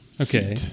Okay